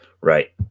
Right